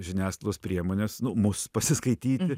žiniasklaidos priemones nu mus pasiskaityti